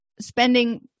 spending